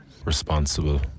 Responsible